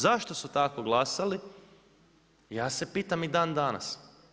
Zašto su tako glasali, ja se pitam i dan danas.